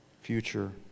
Future